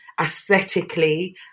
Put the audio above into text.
aesthetically